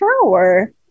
power